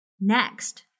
Next